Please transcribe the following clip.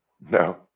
No